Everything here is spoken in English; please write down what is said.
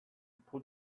put